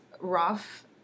rough